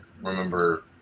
remember